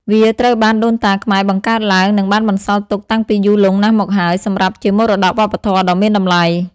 វាត្រូវបានដូនតាខ្មែរបង្កើតឡើង និងបានបន្សល់ទុកតាំងពីយូរលង់ណាស់មកហើយ សម្រាប់ជាមរតកវប្បធម៌ដ៏មានតម្លៃ។